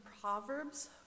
Proverbs